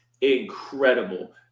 incredible